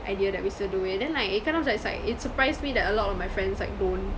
idea that we still do it then like it kind of just like it surprised me that a lot of my friends like don't